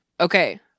Okay